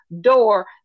door